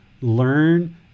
learn